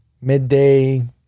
midday